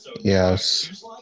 Yes